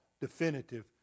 definitive